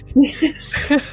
Yes